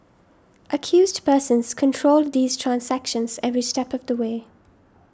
accused persons controlled these transactions every step of the way